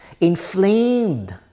inflamed